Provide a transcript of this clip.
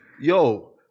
Yo